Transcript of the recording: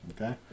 okay